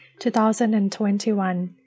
2021